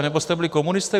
Nebo jste byli komunisté?